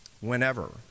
whenever